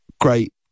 great